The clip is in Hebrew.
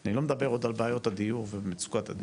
אני עוד לא מדבר בכלל על בעיות הדיור ועל מצוקת הדיור,